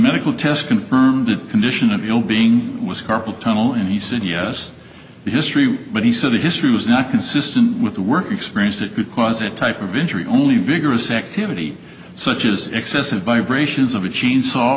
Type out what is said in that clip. medical tests confirm the condition of the ill being was carpal tunnel and he said yes because true but he said the history was not consistent with the work experience that could cause that type of injury only vigorous activity such as excessive vibrations of a chainsaw